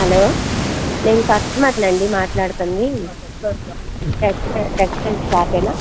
hello నేను కస్టమర్ను అండి మాట్లాడుతుంది టెక్స్టైల్ టెక్ టెక్స్టైల్ షాపేనా